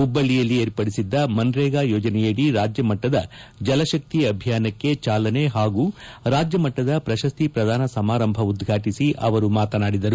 ಹುಬ್ಬಳ್ಳಿಯಲ್ಲಿ ವಿರ್ಪಡಿಸಿದ್ದ ಮನ್ನೇಗ ಯೋಜನೆಯಡಿ ರಾಜ್ಯಮಟ್ಟದ ಜಲಶಕ್ತಿ ಅಭಿಯಾನಕ್ಕೆ ಚಾಲನೆ ಪಾಗೂ ರಾಜ್ಯಮಟ್ಟದ ಪ್ರಶಸ್ತಿ ಪ್ರದಾನ ಸಮಾರಂಭ ಉದ್ಘಾಟಿಸಿ ಅವರು ಮಾತನಾಡಿದರು